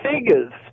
figures